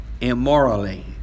immorally